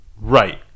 Right